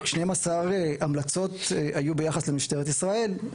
12 המלצות היו ביחס למשטרת ישראל,